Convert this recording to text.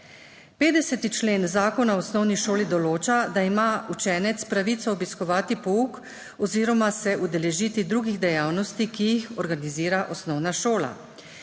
50. člen Zakona o osnovni šoli določa, da ima učenec pravico obiskovati pouk oziroma se udeležiti drugih dejavnosti, ki jih organizira osnovna šola.